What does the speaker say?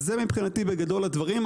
זה, מבחינתי, בגדול הדברים.